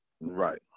Right